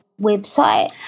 website